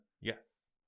Yes